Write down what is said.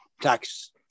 tax